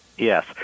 Yes